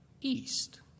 East